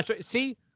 See